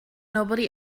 nobody